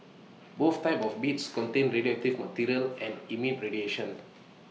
both types of beads contain radioactive material and emit radiation